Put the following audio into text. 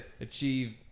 achieve